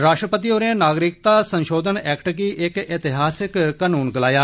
राष्ट्रपति होरें नागरिकता संशोधन एक्ट गी इक एतिहासिक कानून गलाया